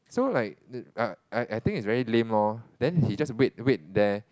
so like uh I I I think is very lame lor then he just wait wait there